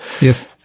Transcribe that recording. Yes